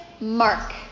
Mark